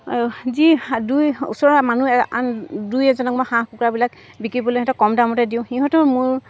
যি দুই ওচৰৰ মানুহ দুই আন দুই এজনক মই হাঁহ কুকুৰাবিলাক বিকিবলৈ সিহঁতক কম দামতে দিওঁ সিহঁতেও মোৰ